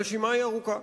הרשימה היא ארוכה,